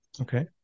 Okay